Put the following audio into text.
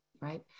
right